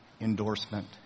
Endorsement